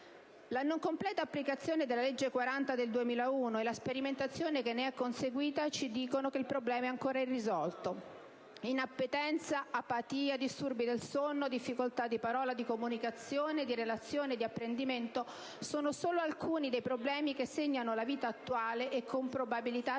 La non completa applicazione della legge n. 40 del 2001 e la sperimentazione che ne è conseguita ci dicono che il problema è ancora irrisolto. Inappetenza, apatia, disturbi del sonno, difficoltà di parola, di comunicazione, di relazione e di apprendimento sono solo alcuni dei problemi che segnano la vita attuale e con probabilità segneranno